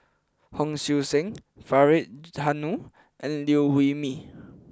Hon Sui Sen Faridah Hanum and Liew Wee Mee